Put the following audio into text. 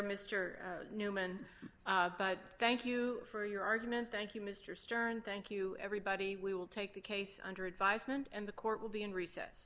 mr newman but thank you for your argument thank you mr stern thank you everybody we will take the case under advisement and the court will be in recess